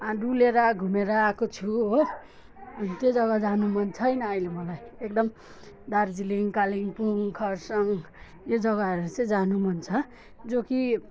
डुलेर घुमेर आएको छु हो अनि त्यो जग्गा जानु मन छैन अहिले मलाई एकदम दार्जिलिङ कालिम्पोङ खरसाङ यो जग्गाहरू चाहिँ जानु मन छ जो कि